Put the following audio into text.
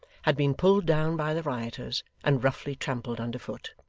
had been pulled down by the rioters, and roughly trampled under foot.